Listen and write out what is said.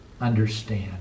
understand